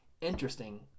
interesting